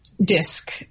disc